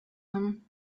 him